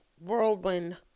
whirlwind